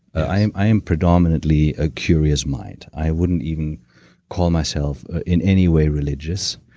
i am i am predominantly a curious mind. i wouldn't even call myself in any way religious.